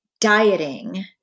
dieting